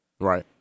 Right